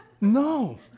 No